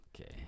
Okay